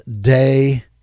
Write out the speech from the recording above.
day